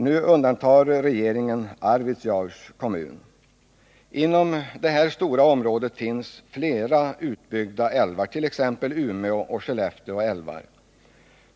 Nu undantar regeringen Arvidsjaurs kommun. Inom det här stora området finns flera utbyggda älvar,t.ex. Ume älv och Skellefte älv.